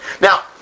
Now